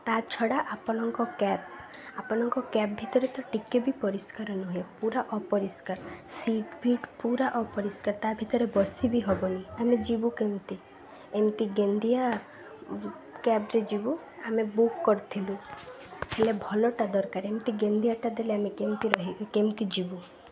ତା ଛଡ଼ା ଆପଣଙ୍କ କ୍ୟାବ୍ ଆପଣଙ୍କ କ୍ୟାବ୍ ଭିତରେ ତ ଟିକେ ବି ପରିଷ୍କାର ନୁହେଁ ପୁରା ଅପରିଷ୍କାର ସିଟ୍ବିଟ୍ ପୁରା ଅପରିଷ୍କାର ତା ଭିତରେ ବସି ବି ହେବନି ଆମେ ଯିବୁ କେମିତି ଏମିତି ଗେନ୍ଧିଆ କ୍ୟାବ୍ରେ ଯିବୁ ଆମେ ବୁକ୍ କରିଥିଲୁ ହେଲେ ଭଲଟା ଦରକାର ଏମିତି ଗେନ୍ଧିଆଟା ଦେଲେ ଆମେ କେମିତି ରହିବ କେମିତି ଯିବୁ